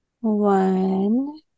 One